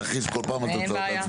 להכריז כל פעם על תוצאות ההצבעה.